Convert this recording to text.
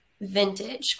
vintage